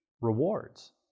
rewards